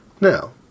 Now